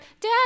dad